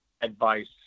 advice